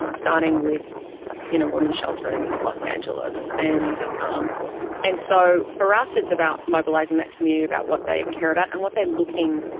um starting with in a women's shelter in los angeles. and um and so for us it's about mobilizing that community, about what they care about, and what they're looking